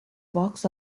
box